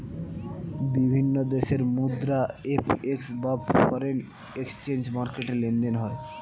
বিভিন্ন দেশের মুদ্রা এফ.এক্স বা ফরেন এক্সচেঞ্জ মার্কেটে লেনদেন হয়